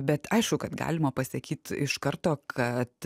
bet aišku kad galima pasakyt iš karto kad